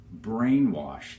brainwashed